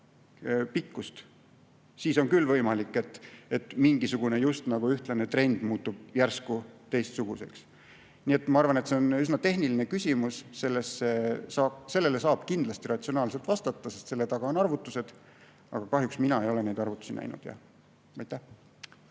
pikkust, siis on küll võimalik, et mingisugune justnagu ühtlane trend muutub järsku teistsuguseks. Ma arvan, et see on üsna tehniline küsimus. Sellele saab kindlasti ratsionaalselt vastata, sest selle taga on arvutused. Aga kahjuks ei ole mina neid arvutusi näinud.